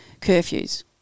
curfews